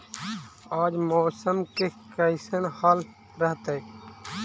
आज मौसम के कैसन हाल रहतइ?